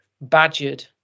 badgered